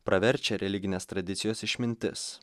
praverčia religinės tradicijos išmintis